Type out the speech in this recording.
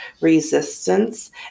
resistance